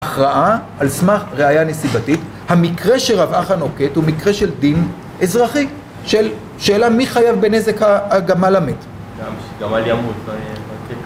ההכרעה על סמך ראייה נסיבתית, המקרה שרב אחא נוקט, הוא מקרה של דין אזרחי, שאלה מי חייב בנזק הגמל המת. גם שגמל ימות